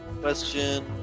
question